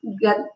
get